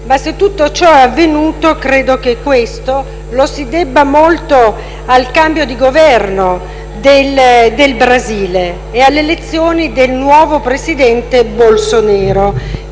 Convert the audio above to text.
Ma se tutto ciò è avvenuto, credo che lo si debba molto al cambio di Governo del Brasile e alle elezioni del nuovo presidente Bolsonaro.